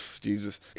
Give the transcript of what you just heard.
Jesus